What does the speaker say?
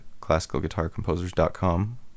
classicalguitarcomposers.com